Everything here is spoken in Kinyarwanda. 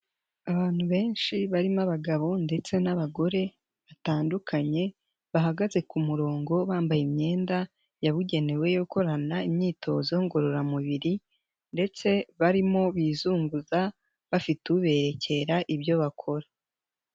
Abantu benshi barimo abagabo ndetse n'abagore batandukanye, bahagaze ku murongo bambaye imyenda yabugenewe yo gukorana imyitozo ngororamubiri ndetse barimo bizunguza bafite uberekera ibyo bakora.